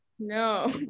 No